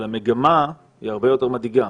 אבל המגמה הרבה יותר מדאיגה,